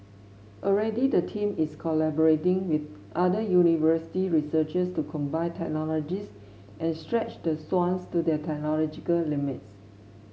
already the team is collaborating with other university researchers to combine technologies and stretch the swans to their technological limits